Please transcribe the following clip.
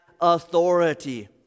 Authority